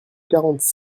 quarante